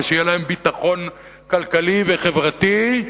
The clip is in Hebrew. ושיהיה להם ביטחון כלכלי וחברתי,